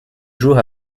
jour